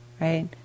right